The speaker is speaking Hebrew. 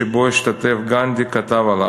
שבו השתתף גנדי, כתב עליו: